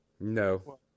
No